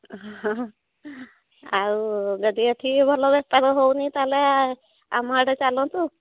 ହଁ ଆଉ ଯଦି ଏଠି ଭଲ ବେପାର ହେଉନି ତାହାଲେ ଆମ ଆଡ଼େ ଚାଲନ୍ତୁ